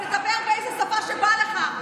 תדבר באיזו שפה שבא לך.